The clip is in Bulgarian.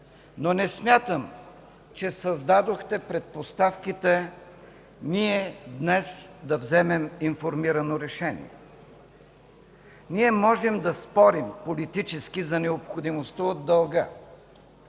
но не смятам, че създадохте предпоставките ние днес да вземем информирано решение. Ние можем да спорим политически за необходимостта от дълга,